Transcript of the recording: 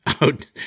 out